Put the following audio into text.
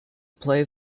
play